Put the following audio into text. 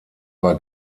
war